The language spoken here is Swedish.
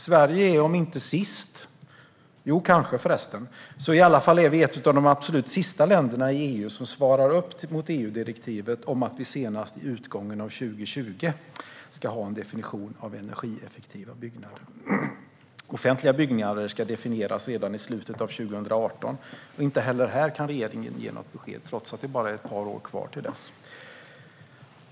Sverige är kanske inte sist - jo, förresten, kanske - men i alla fall ett av de absolut sista länderna i EU som svarar upp mot EU-direktivet om att senast vid utgången av 2020 ha en definition av energieffektiva byggnader. Offentliga byggnader ska definieras redan i slutet av 2018. Inte heller här kan regeringen ge något besked, trots att det bara är ett par år kvar till dess.